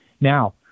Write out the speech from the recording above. Now